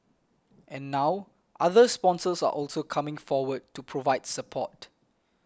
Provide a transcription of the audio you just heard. and now other sponsors are also coming forward to provide support